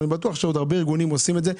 אני בטוח שעוד הרבה ארגונים עושים את זה.